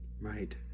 Right